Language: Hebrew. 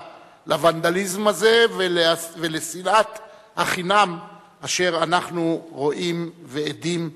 לוונדליזם הזה ולשנאת החינם אשר אנחנו רואים ועדים לה,